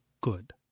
good